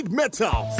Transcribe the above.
metal